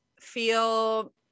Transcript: feel